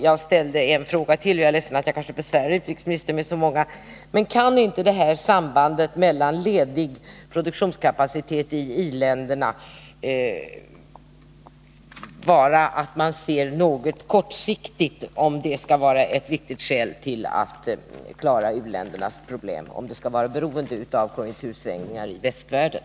Jag är ledsen att ytterligare besvära utrikesministern men skulle vilja ställa ytterligare en fråga: Är det inte något kortsiktigt att betrakta sambandet mellan ledig produktionskapacitet i i-länderna och behoven av utveckling i u-länderna som ett viktigt skäl för att klara u-ländernas problem? Skall verkligen möjligheterna att lösa u-ländernas problem vara beroende av konjunktursvängningar i västvärlden?